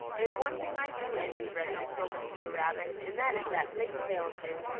there's one thing i do envy reddy, spoke up peter rabbit, and that is that big tail of his.